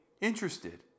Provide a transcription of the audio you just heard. interested